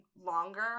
longer